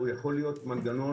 הוא יכול להיות מהיר.